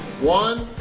one,